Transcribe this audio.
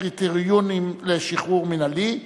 בנושא: קריטריונים לשחרור מינהלי,